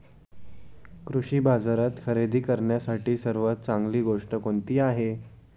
कृषी बाजारात खरेदी करण्यासाठी सर्वात चांगली गोष्ट कोणती आहे?